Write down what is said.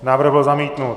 Návrh byl zamítnut.